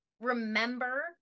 remember